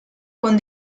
con